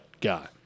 guy